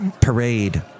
Parade